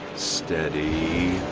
steady.